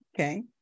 Okay